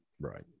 Right